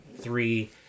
three